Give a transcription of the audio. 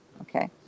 okay